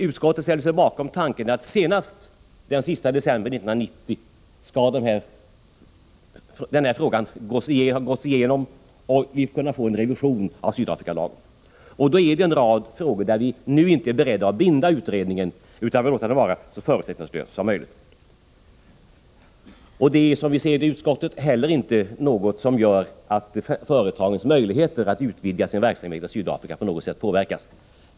Utskottet ställer sig bakom tanken att frågan senast den sista december 1990 skall ha gåtts igenom, och att vi skall kunna få en revision av Sydafrikalagen. Det finns nu en rad frågor där vi inte är beredda att binda utredningen, utan vi vill låta den vara så förutsättningslös som möjligt. Detta är inte heller, som vii utskottet ser det, något som gör att företagens möjligheter att utvidga sin verksamhet i Sydafrika på något sätt påverkas.